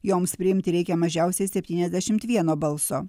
joms priimti reikia mažiausiai septyniasdešimt vieno balso